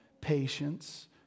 patience